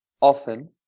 often